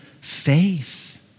faith